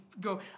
go